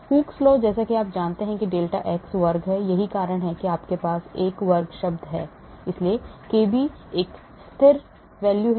Hooke's law जैसा कि आप जानते हैं कि डेल्टा x वर्ग है यही कारण है कि आपके पास एक वर्ग शब्द है इसलिए केबी एक स्थिर है